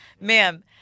ma'am